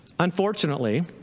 Unfortunately